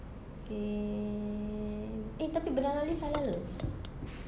K eh tapi banana leaf halal ke